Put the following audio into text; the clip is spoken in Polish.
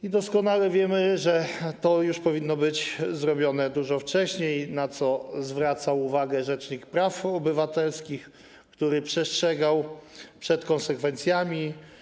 I doskonale wiemy, że to już powinno być zrobione dużo wcześniej, na co zwraca uwagę rzecznik praw obywatelskich, który przestrzegał przed konsekwencjami.